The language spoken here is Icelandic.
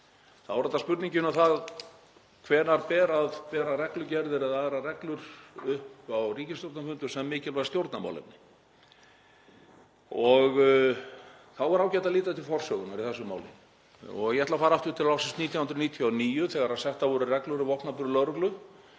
Þá er þetta spurningin um það hvenær ber að bera reglugerðir eða aðrar reglur upp á ríkisstjórnarfundum sem mikilvæg stjórnarmálefni. Þá er ágætt að líta til forsögunnar í þessu máli og ég ætla að fara aftur til ársins 1999 þegar settar voru reglur um vopnaburð lögreglu